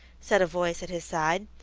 said a voice at his side,